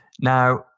Now